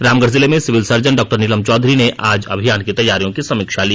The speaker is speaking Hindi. रामगढ़ जिले में सिविल सर्जन डॉ नीलम चौधरी ने आज अभियान की तैयारियों की समीक्षा की